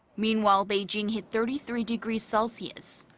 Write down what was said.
meanwhile, beijing hit thirty three degrees celsius.